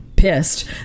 pissed